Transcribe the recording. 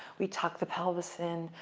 we tuck the pelvis in,